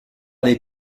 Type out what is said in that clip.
des